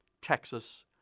Texas